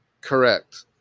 Correct